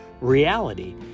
reality